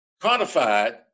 Codified